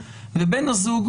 ובן הזוג,